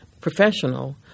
professional